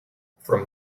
from